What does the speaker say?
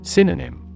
Synonym